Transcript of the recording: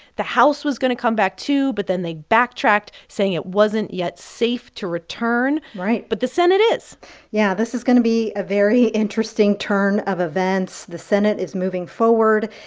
the house was going to come back too, but then they backtracked, saying it wasn't yet safe to return right but the senate is yeah, this is going to be a very interesting turn of events. the senate is moving forward,